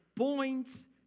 Points